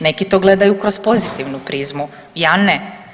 Neki to gledaju kroz pozitivnu prizmu, ja ne.